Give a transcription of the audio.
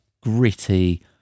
Gritty